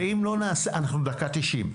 ואם לא נעשה אנחנו בדקה ה-90,